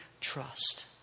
trust